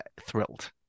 thrilled